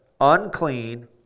unclean